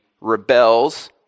rebels